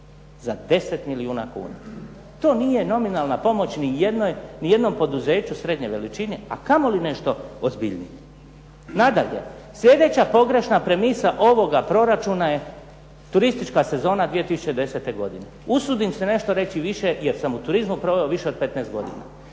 Za deset milijuna kuna. To nije nominalna pomoć ni jednom poduzeću srednje veličine, a kamoli nešto ozbiljnije. Nadalje, sljedeća pogrešna premisa ovoga proračuna je turistička sezona 2010. godine. Usudim se nešto reći više jer sam u turizmu proveo više od 15 godina.